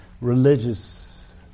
religious